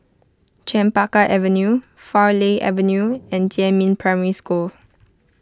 Chempaka Avenue Farleigh Avenue and Jiemin Primary School